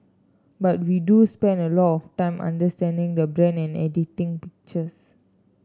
but we do spend a lot of time understanding the branding and editing pictures